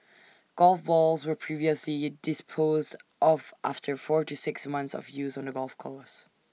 golf balls were previously disposed of after four to six months of use on the golf course